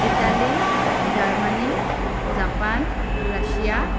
Italy Germany Japan Russia